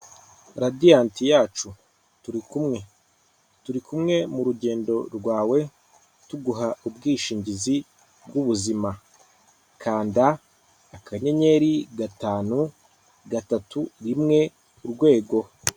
Radiyanti yacu turi kumwe, turi kumwe mu rugendo rwawe tuguha ubwishingizi bw'ubuzima kanda akanyenyeri gatanu gatatu rimwe urwego.